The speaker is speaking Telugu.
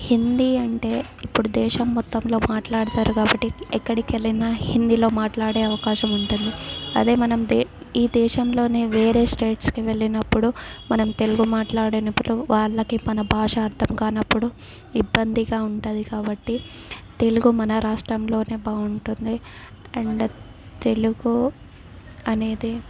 హిందీ అంటే ఇప్పుడు దేశం మొత్తంలో మాట్లాడతారు కాబట్టి ఎక్కడికెళ్ళినా హిందీలో మాట్లాడే అవకాశం ఉంటుంది అదే మనం ద ఈ దేశంలోనే వేరే స్టేట్స్కి వెళ్ళినప్పుడు మనం తెలుగు మాట్లాడినప్పుడు వాళ్ళకి మన భాష అర్థం కానప్పుడు ఇబ్బందిగా ఉంటది కాబట్టి తెలుగు మన రాష్ట్రంలోనే బాగుంటుంది అండ్ తెలుగు అనేది